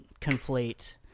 conflate